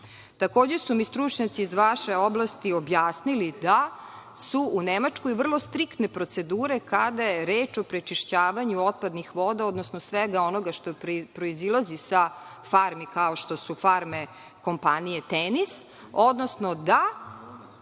svinja. Takođe su mi stručnjaci iz vaše oblasti objasnili da su u Nemačkoj vrlo striktne procedure kada je reč o prečišćavanju otpadnih voda, odnosno svega onoga što proizilazi sa farmi kao što su farme kompanije „Tenis“, odnosno da